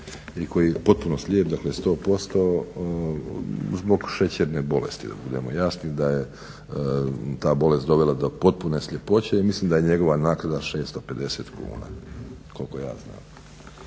koji je potpuno slijep, dakle 100% zbog šećerne bolesti, da budemo jasni da je ta bolest dovela do potpune sljepoće i mislim da je njegova naknada 650 kuna, koliko ja znam.